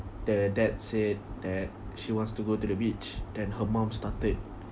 the dad said that she wants to go to the beach then her mom started